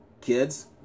kids